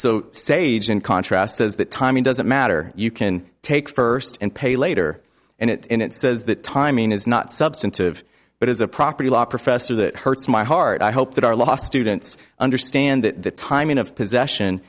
so sage in contrast says that timing doesn't matter you can take first and pay later and it in it says that timing is not substantive but as a property law professor that hurts my heart i hope that our last students understand that the timing of possession